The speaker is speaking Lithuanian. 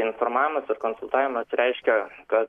informavimas ir konsultavimas reiškia kad